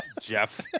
Jeff